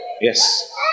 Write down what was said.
Yes